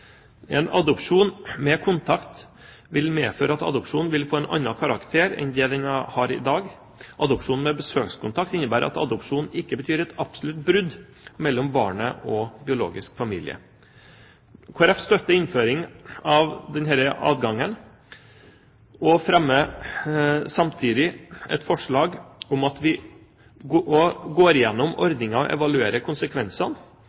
En adopsjon med kontakt vil medføre at adopsjonen vil få en annen karakter enn den har i dag. Adopsjon med besøkskontakt innebærer at adopsjonen ikke betyr et absolutt brudd mellom barnet og biologisk familie. Kristelig Folkeparti støtter innføringen av denne adgangen og fremmer samtidig et forslag om at vi går igjennom ordningen og evaluerer konsekvensene